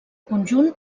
conjunt